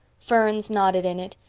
ferns nodded in it,